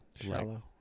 shallow